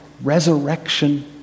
resurrection